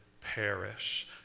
perish